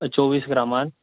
चोवीस ग्रामांत